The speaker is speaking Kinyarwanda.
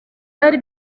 ari